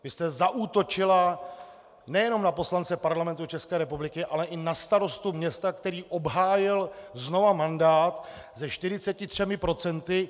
Vy jste zaútočila nejenom na poslance Parlamentu České republiky, ale i na starostu města, který obhájil znovu mandát se 43 %.